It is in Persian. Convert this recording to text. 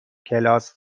کلاس